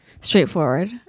straightforward